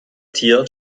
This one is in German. tier